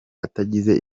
atagize